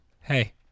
Hey